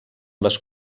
les